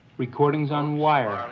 recordings on wire,